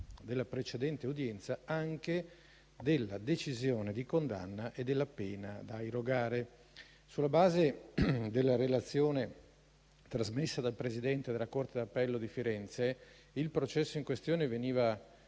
della precedente udienza, anche della decisione di condanna e della pena da irrogare. Sulla base della relazione trasmessa dal presidente della corte d'appello di Firenze, il processo in questione veniva